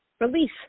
release